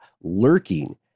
lurking